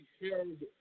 held